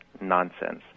nonsense